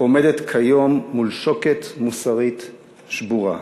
עומדת כיום מול שוקת מוסרית שבורה.